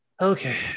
okay